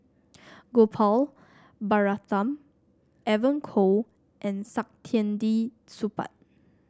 Gopal Baratham Evon Kow and Saktiandi Supaat